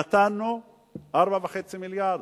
נתנו 4.5 מיליארד.